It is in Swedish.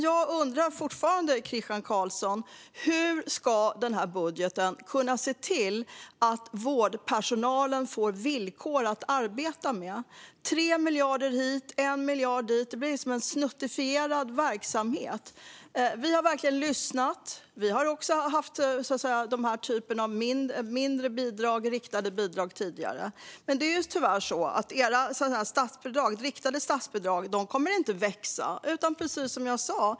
Jag undrar fortfarande, Christian Carlsson: Hur ska ni med budgeten kunna se till att vårdpersonalen får villkor att arbeta med? Det handlar om 3 miljarder hit och 1 miljard dit. Det blir en snuttifierad verksamhet. Vi har verkligen lyssnat. Vi hade också den här typen av mindre riktade bidrag tidigare. Det är tyvärr så att era riktade statsbidrag inte kommer att växa. Det är precis som jag sa.